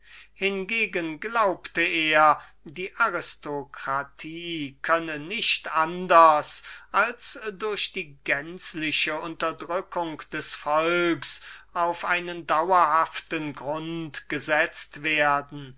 hingegen seiner meinung nach die aristokratie anders nicht als durch die gänzliche unterdrückung des volks auf einen dauerhaften grund gesetzt werden